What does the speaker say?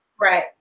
right